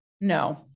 No